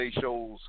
shows